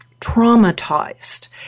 traumatized